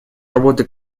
работы